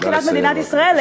מבחינת מדינת ישראל,